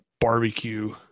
barbecue